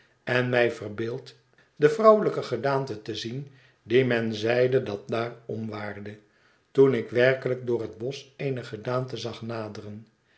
en mij verbeeld de vrouwelijke gedaante bet verlaten huis te zien die men zeide dat daar omwaarde toen ik werkelijk door het bosch eene gedaante zag naderen